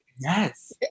Yes